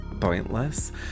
pointless